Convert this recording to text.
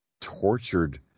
tortured